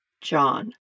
John